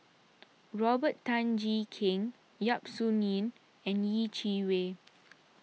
Robert Tan Jee Keng Yap Su Yin and Yeh Chi Wei